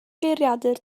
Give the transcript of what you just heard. geiriadur